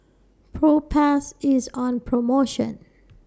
Propass IS on promotion